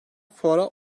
fuara